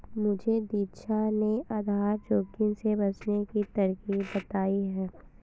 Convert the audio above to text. मुझे दीक्षा ने आधार जोखिम से बचने की तरकीब बताई है